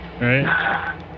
Right